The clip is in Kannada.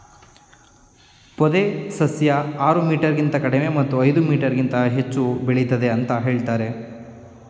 ಪೊದೆ ಸಸ್ಯ ಆರು ಮೀಟರ್ಗಿಂತ ಕಡಿಮೆ ಮತ್ತು ಐದು ಮೀಟರ್ಗಿಂತ ಹೆಚ್ಚು ಬೆಳಿತದೆ ಅಂತ ಹೇಳ್ತರೆ